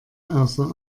außer